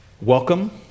Welcome